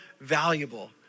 valuable